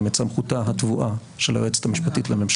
את סמכותה הטבועה של היועצת המשפטית לממשלה.